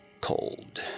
cold